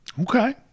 Okay